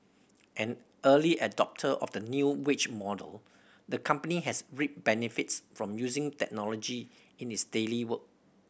an early adopter of the new wage model the company has reaped benefits from using technology in its daily work